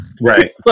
right